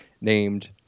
named